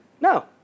No